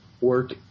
work